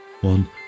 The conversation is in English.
One